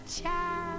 child